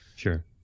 Sure